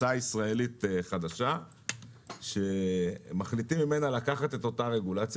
המצאה ישראלית חדשה שממנה מחליטים לקחת את אותה רגולציה,